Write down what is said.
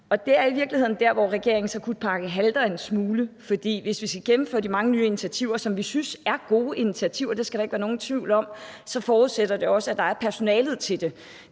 Det er i virkeligheden der, hvor regeringens akutpakke halter en smule, for hvis vi skal gennemføre de mange nye initiativer, som vi synes er gode initiativer – det skal der ikke være nogen tvivl om – så forudsætter det også, at der er personale til det.